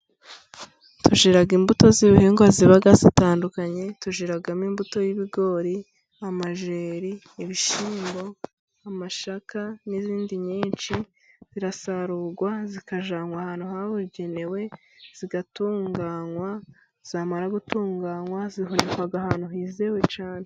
Tugira imbuto z'ibihingwa ziba zitandukanye， tugiramo imbuto y'ibigori，amajeri， ibishyimbo，amasaka，ka n'izindi nyinshi zirasarurwa，zikajyanwa ahantu habugenewe， zigatunganywa ，zamara gutunganywa， zihunikwa ahantu hizewe cyane.